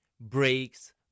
breaks